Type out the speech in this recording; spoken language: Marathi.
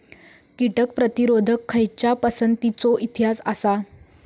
कीटक प्रतिरोधक खयच्या पसंतीचो इतिहास आसा?